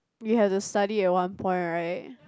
you had to study at one point right